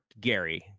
Gary